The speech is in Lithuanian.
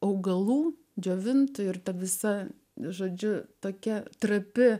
augalų džiovintų ir ta visa žodžiu tokia trapi